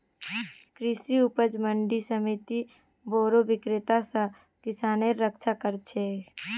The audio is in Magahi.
कृषि उपज मंडी समिति बोरो विक्रेता स किसानेर रक्षा कर छेक